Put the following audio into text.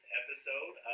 episode